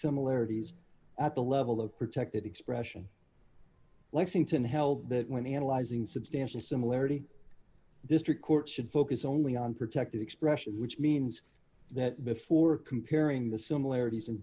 similarities at the level of protected expression lexington held that when analyzing substantial similarity district court should focus only on protected expression which means that before comparing the similarities and